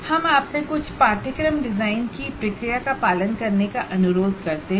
हम आपसे कुछ कोर्स डिजाइन प्रोसेस का पालन करने के लिए कह रहे हैं